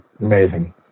amazing